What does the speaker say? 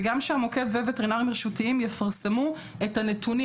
וגם שהמוקד ווטרינרים רשותיים יפרסמו את הנתונים,